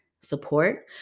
support